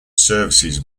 services